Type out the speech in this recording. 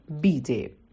B-Day